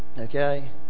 Okay